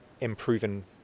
improving